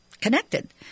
connected